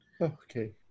Okay